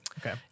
Okay